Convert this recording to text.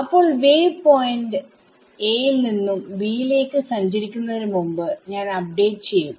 അപ്പോൾ വേവ് പോയിന്റ്aൽ നിന്നും bലേക്ക് സഞ്ചരിക്കുന്നതിന് മുമ്പ് ഞാൻ അപ്ഡേറ്റ് ചെയ്യും